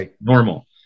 normal